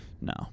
No